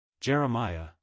Jeremiah